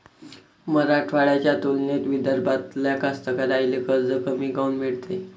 मराठवाड्याच्या तुलनेत विदर्भातल्या कास्तकाराइले कर्ज कमी काऊन मिळते?